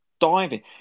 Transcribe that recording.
diving